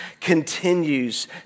continues